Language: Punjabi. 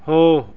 ਹੋ